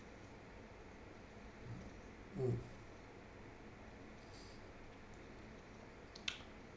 mm